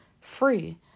free